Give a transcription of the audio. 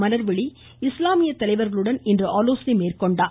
மலா்விழி இஸ்லாமிய தலைவர்களுடன் இன்று ஆலோசனை மேற்கொண்டார்